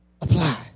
apply